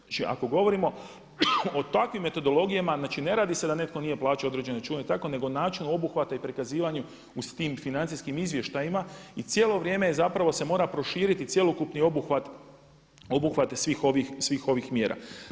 Znači ako govorimo o takvim metodologijama znači ne radi se da netko nije plaćao određene račune i tako, nego način obuhvata i prikazivanju u tim financijskim izvještajima i cijelo vrijeme je zapravo se mora proširiti cjelokupni obuhvat svih ovih mjera.